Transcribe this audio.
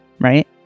right